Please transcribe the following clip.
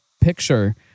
picture